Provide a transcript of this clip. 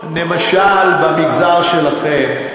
למשל במגזר שלכם,